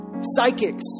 psychics